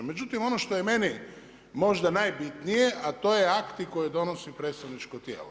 Međutim ono što je meni možda najbitnije a to je akti koje donosi predstavničko tijelo.